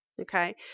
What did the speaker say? okay